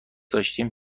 داشتیم